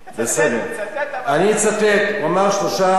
הוא אמר שלושה דרישות או בקשות, שלוש דרישות.